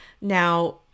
Now